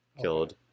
killed